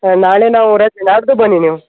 ಹಾಂ ನಾಳೆ ನಾವು ರಜೆ ನಾಡಿದ್ದು ಬನ್ನಿ ನೀವು